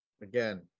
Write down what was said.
again